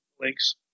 Links